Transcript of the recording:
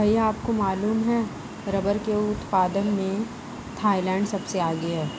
भैया आपको मालूम है रब्बर के उत्पादन में थाईलैंड सबसे आगे हैं